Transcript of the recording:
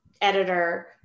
editor